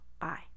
Bye